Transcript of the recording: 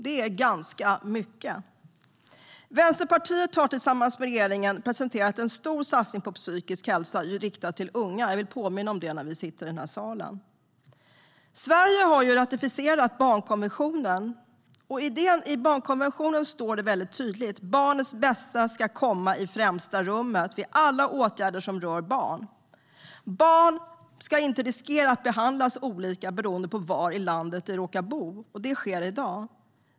Det är ganska mycket. Vänsterpartiet har tillsammans med regeringen presenterat en stor satsning på psykisk hälsa riktad till unga. Jag vill påminna om det när vi sitter i den här salen. Sverige har ratificerat barnkonventionen. Där står tydligt att barnets bästa ska komma i främsta rummet vid alla åtgärder som rör barn. Barn ska inte riskera att behandlas olika beroende på var i landet de råkar bo. Det sker i dag.